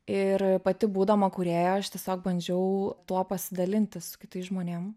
ir pati būdama kūrėja aš tiesiog bandžiau tuo pasidalinti su kitais žmonėm